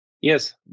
Yes